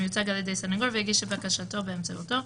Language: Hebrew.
מיוצג על ידי סניגור והגיש את בקשתו באמצעותו,